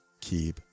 keep